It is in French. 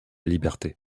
liberté